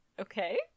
okay